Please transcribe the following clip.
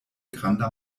granda